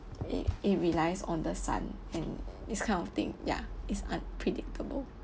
it relies on the sun and this kind of thing ya is unpredictable